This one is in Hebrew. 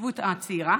ההתיישבות הצעירה.